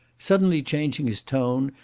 suddenly changing his tone,